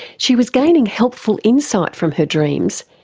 she was gaining helpful insight from her dreams,